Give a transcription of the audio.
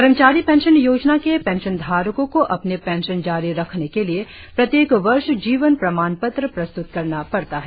कर्मचारी पेंशन योजना के पेंशनधारकों को अपनी पेंशन जारी रखने के लिए प्रत्येक वर्ष जीवन प्रमाण पत्र प्रस्त्रत करना पडता है